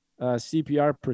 CPR